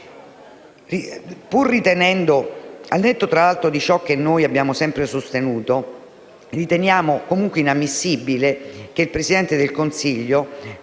opere rimaste al palo. Al netto di ciò che noi abbiamo sempre sostenuto, riteniamo comunque inammissibile che il Presidente del Consiglio,